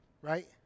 right